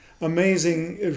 amazing